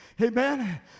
Amen